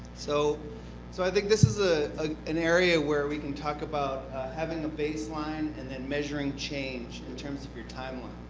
so so i think this is ah ah an area where we can talk about having a baseline and then measuring change in terms of your timeline.